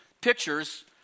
pictures